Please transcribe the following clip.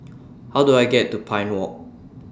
How Do I get to Pine Walk